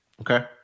Okay